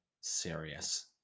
serious